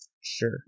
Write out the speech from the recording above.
Sure